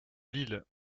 lille